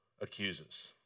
accuses